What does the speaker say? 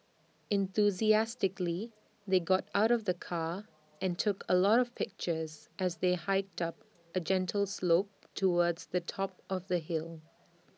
enthusiastically they got out of the car and took A lot of pictures as they hiked up A gentle slope towards the top of the hill